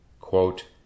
quote